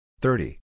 thirty